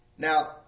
Now